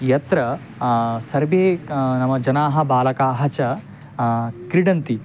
यत्र सर्वे नाम जनाः बालकाः च क्रीडन्ति